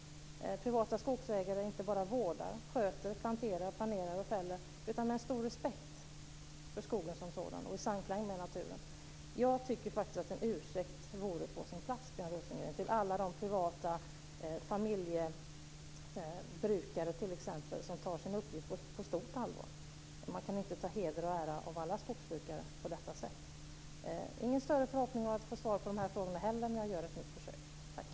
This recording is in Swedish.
Privata skogsägare inte bara vårdar, sköter, planterar, planerar och fäller, utan de gör det med stor respekt för skogen som sådan och i samklang med naturen. Jag tycker faktiskt att en ursäkt vore på sin plats, Björn Rosengren, till alla de privata familjebrukare t.ex. som tar sin uppgift på stort allvar. Man kan inte ta heder och ära av alla skogsbrukare på detta sätt. Jag har ingen större förhoppning om att få svar på de här frågorna heller, men jag gör ett nytt försök.